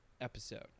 episode